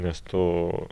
nes tu